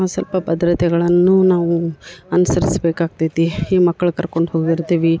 ಸ್ವಲ್ಪ ಭದ್ರತೆಗಳನ್ನು ನಾವು ಅನುಸರಿಸ್ಬೇಕಾಗ್ತೈತಿ ಈ ಮಕ್ಳು ಕರ್ಕೊಂಡು ಹೋಗಿರ್ತೀವಿ